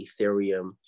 Ethereum